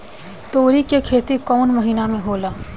तोड़ी के खेती कउन महीना में होला?